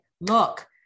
look